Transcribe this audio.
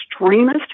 extremist